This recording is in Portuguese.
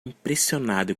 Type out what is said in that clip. impressionado